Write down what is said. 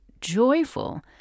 joyful